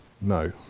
No